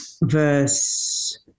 verse